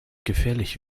gefährlich